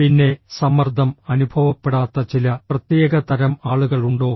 പിന്നെ സമ്മർദ്ദം അനുഭവപ്പെടാത്ത ചില പ്രത്യേക തരം ആളുകളുണ്ടോ